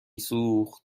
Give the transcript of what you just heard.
سوخت